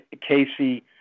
Casey